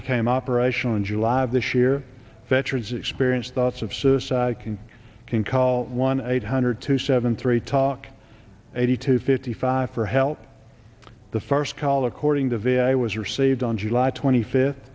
became operational in july of this year veterans experienced thoughts of suicide can can call one eight hundred two seven three talk eighty two fifty five for help the first collar courting the v a i was received on july twenty fifth